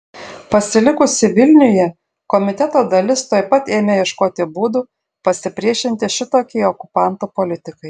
pasilikusi vilniuje komiteto dalis tuoj ėmė ieškoti būdų pasipriešinti šitokiai okupantų politikai